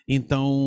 Então